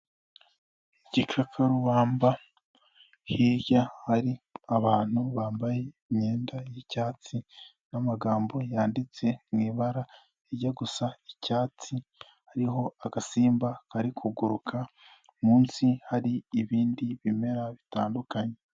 Igikakarubamba hirya hari abantu bambaye imyenda y'icyatsi n'amagambo yanditse mu ibara rijya gusa icyatsi, hariho agasimba kari kuguruka, munsi hari ibindi bimera bitandukanye.